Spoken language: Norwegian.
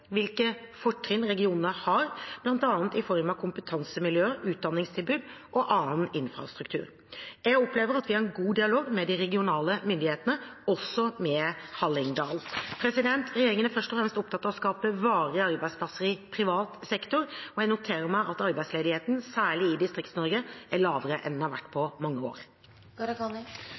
hvilke fortrinn regionen har, bl.a. i form av kompetansemiljøer, utdanningstilbud og annen infrastruktur. Jeg opplever at vi har en god dialog med de regionale myndighetene, også med Hallingdal. Regjeringen er først og fremst opptatt av å skape varige arbeidsplasser i privat sektor, og jeg noterer meg at arbeidsledigheten, særlig i Distrikts-Norge, er lavere enn den har vært på mange